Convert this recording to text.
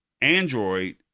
Android